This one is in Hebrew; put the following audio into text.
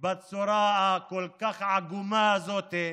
בצורה הכל-כך עגומה הזאת,